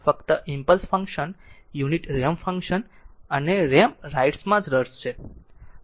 ફક્ત impulse function unit step function અને ramp રાઇટમાં જ રસ છે